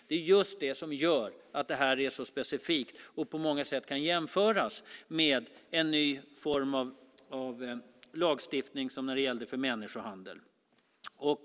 Det är just det som gör att det här är så specifikt och på många sätt kan jämföras med en ny form av lagstiftning, som när det gällde människohandel.